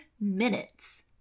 minutes